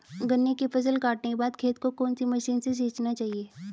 गन्ने की फसल काटने के बाद खेत को कौन सी मशीन से सींचना चाहिये?